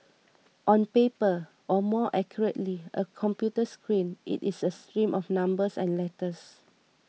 on paper or more accurately a computer screen it is a stream of numbers and letters